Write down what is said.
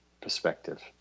perspective